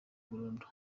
burundu